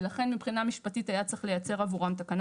ולכן מבחינה משפטית היה צריך לייצר עבורם תקנה